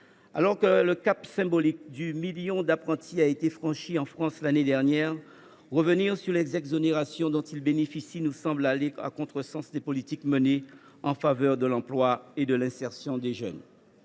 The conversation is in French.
Alors que le cap symbolique du million d’apprentis a été franchi en France l’année dernière, revenir sur les exonérations dont ils bénéficient nous semble aller à contresens des politiques menées en faveur de l’emploi et de l’insertion des jeunes.